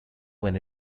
when